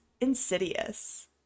Insidious